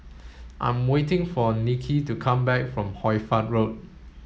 I am waiting for Niki to come back from Hoy Fatt Road